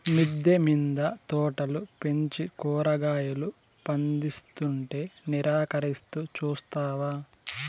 మిద్దె మింద తోటలు పెంచి కూరగాయలు పందిస్తుంటే నిరాకరిస్తూ చూస్తావా